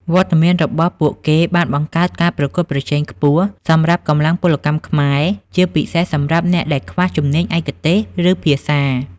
វត្តមានរបស់ពួកគេបានបង្កើតការប្រកួតប្រជែងខ្ពស់សម្រាប់កម្លាំងពលកម្មខ្មែរ ជាពិសេសសម្រាប់អ្នកដែលខ្វះជំនាញឯកទេស ឬភាសា។